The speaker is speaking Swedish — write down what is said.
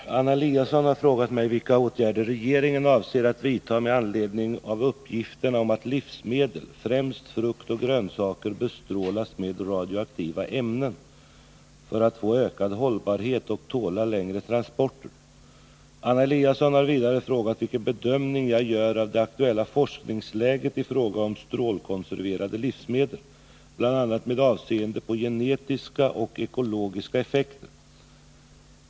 Herr talman! Anna Eliasson har frågat mig vilka åtgärder regeringen avser att vidta med anledning av uppgifterna om att livsmedel, främst frukt och grönsaker, bestrålas med radioaktiva ämnen för att få ökad hållbarhet och tåla längre transporter. Anna Eliasson har vidare frågat vilken bedömning jag gör av det aktuella forskningsläget i fråga om strålkonserverade livsmedel, bl.a. med avseende på genetiska och ekologiska effekter.